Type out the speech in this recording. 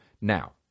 Now